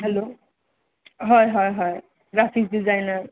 hello হয় হয় হয় গ্ৰাফিক ডিজাইনাৰ